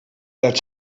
that